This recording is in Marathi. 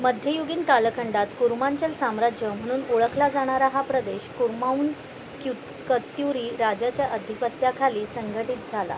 मध्ययुगीन कालखंडात कुर्मांचल साम्राज्य म्हणून ओळखला जाणारा हा प्रदेश कुर्माऊन क्यु कत्युरी राजाच्या अधिपत्याखाली संघटित झाला